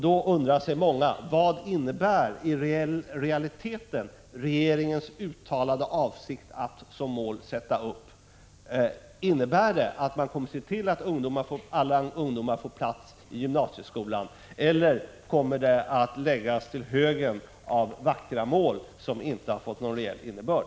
Då undrar 69 många: Vad innebär i realiteten regeringens uttalade avsikt att sätta upp som mål att bereda alla ungdomar plats i gymnasieskolan? Innebär det att man kommer att se till att alla ungdomar får plats i gymnasieskolan, eller kommer detta att läggas till högen av vackra mål som inte fått någon reell innebörd?